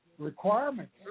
Requirements